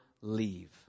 leave